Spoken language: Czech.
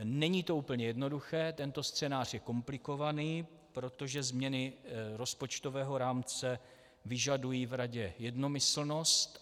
Není to úplně jednoduché, tento scénář je komplikovaný, protože změny rozpočtového rámce vyžadují v Radě jednomyslnost.